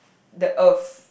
the earth